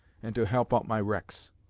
and to help out my wrecks.